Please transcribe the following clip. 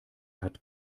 hat